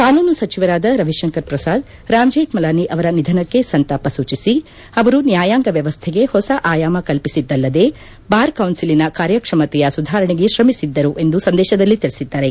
ಕಾನೂನು ಸಚಿವರಾದ ರವಿಶಂಕರ ಪ್ರಸಾದ್ ರಾಮ್ ಜೇಕ್ನಲಾನಿ ಅವರ ನಿಧನಕ್ಕೆ ಸಂತಾಪ ಸೂಚಿಸಿ ಅವರು ನ್ಯಾಯಾಂಗ ವ್ಚವಸ್ಥೆಗೆ ಹೊಸ ಆಯಾಮ ಕಲ್ಪಿಸಿದ್ದಲ್ಲದೇ ಬಾರ್ ಕೌನ್ಲಲಿನ ಕಾರ್ಯಕ್ಷಮತೆಯ ಸುಧಾರಣೆಗೆ ತ್ರಮಿಸಿದ್ದರು ಎಂದು ಸಂದೇಶದಲ್ಲಿ ತಿಳಿಸಿದ್ದಾರೆ